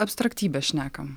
abstraktybes šnekam